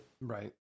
Right